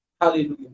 Hallelujah